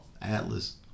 Atlas